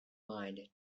mined